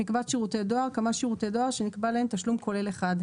"מקבץ שירותי דואר" כמה שירותי דואר שנקבע להם תשלום כולל אחד.